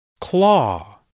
Claw